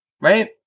Right